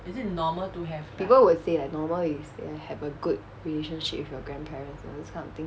people will say that normal is they have a good relationship with your grandparents this kind of thing